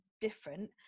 different